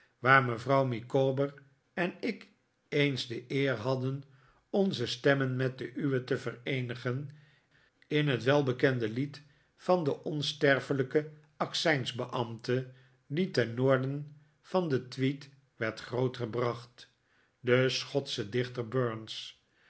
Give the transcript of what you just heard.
waar mevrouw micawber en ik eens de eer hadden onze stemmen met de uwe te vereenigen in het welbekende lied van den onsterfelijken accijnsbeambte die ten noorden van de tweed werd grootgebracht de